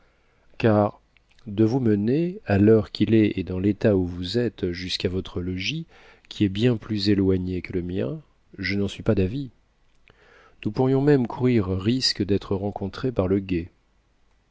car de vous mener à l'heure qu'il est et dans l'état où vous êtes jusqu'à votre logis qui est bien plus éloigné que le mien je n'en suis pas d'avis nous pourrions même courir risque d'être rencontrés par ie guet